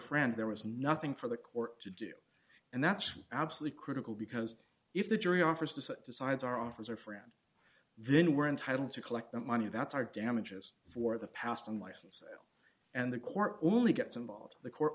friend there was nothing for the court to do and that's absolutely critical because if the jury offers this and decides our offers are friend then we're entitled to collect that money that's our damages for the past and license and the court only gets involved the court